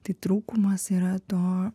tai trūkumas yra to